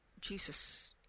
Jesus